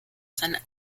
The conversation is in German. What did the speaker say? seine